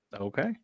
okay